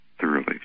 thoroughly